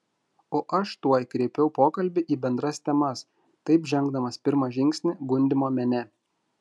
o aš tuoj kreipiau pokalbį į bendras temas taip žengdamas pirmą žingsnį gundymo mene